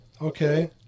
Okay